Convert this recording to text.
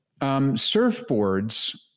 surfboards